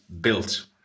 built